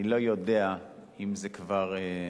אני לא יודע אם זה כבר,